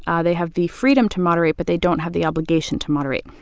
um they have the freedom to moderate, but they don't have the obligation to moderate.